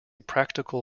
practical